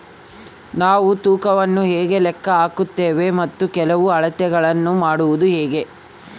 ನಾವು ತೂಕವನ್ನು ಹೇಗೆ ಲೆಕ್ಕ ಹಾಕುತ್ತೇವೆ ಮತ್ತು ಕೆಲವು ಅಳತೆಗಳನ್ನು ಮಾಡುವುದು ಹೇಗೆ?